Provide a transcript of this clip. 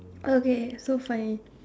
okay so funny